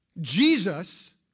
Jesus